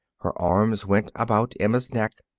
her arms went about emma's neck.